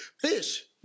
fish